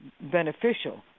beneficial